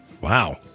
Wow